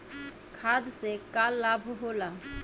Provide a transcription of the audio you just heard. खाद्य से का लाभ होला?